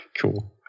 Cool